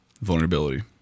vulnerability